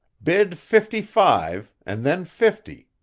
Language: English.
bid fifty-five, and then fifty,